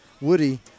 Woody